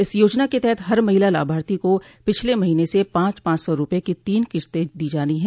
इस योजना के तहत हर महिला लाभार्थी को पिछले महीने से पांच पांच सौ रुपये की तीन किस्तें दी जानी हैं